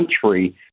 country